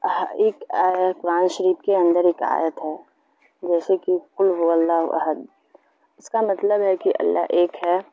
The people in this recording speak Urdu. ایک قرآن شریف کے اندر ایک آیت ہے جیسے کہ قل ہو اللہ احد اس کا مطلب ہے کہ اللہ ایک ہے